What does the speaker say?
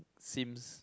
Sims